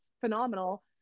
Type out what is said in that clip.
phenomenal